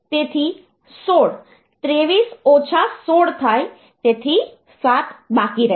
તેથી 16 23 ઓછા 16 થાય તેથી 7 બાકી રહેશે